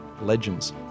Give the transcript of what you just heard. legends